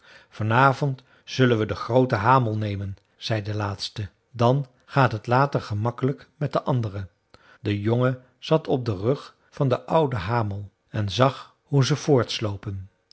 vanavond zullen we den grooten hamel nemen zei de laatste dan gaat het later gemakkelijk met de andere de jongen zat op den rug van den ouden hamel en zag hoe ze